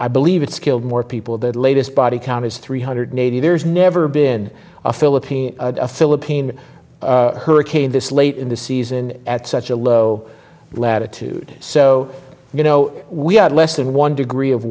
i believe it's killed more people the latest body count is three hundred eighty there's never been a philippine philippine hurricane this late in the season at such a low latitude so you know we had less than one degree of